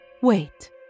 Wait